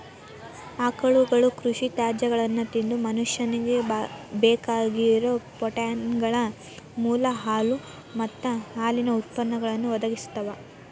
ಆಕಳುಗಳು ಕೃಷಿ ತ್ಯಾಜ್ಯಗಳನ್ನ ತಿಂದು ಮನುಷ್ಯನಿಗೆ ಬೇಕಾಗಿರೋ ಪ್ರೋಟೇನ್ಗಳ ಮೂಲ ಹಾಲು ಮತ್ತ ಹಾಲಿನ ಉತ್ಪನ್ನಗಳನ್ನು ಒದಗಿಸ್ತಾವ